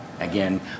Again